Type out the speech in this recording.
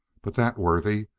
but that worthy,